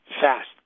fast